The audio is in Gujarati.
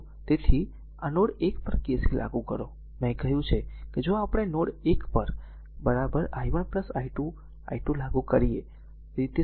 R2 તેથી અને નોડ 1 પર KCL લાગુ કરો મેં કહ્યું છે કે જો આપણે નોડ 1 i1 i2 પર લાગુ કરીએ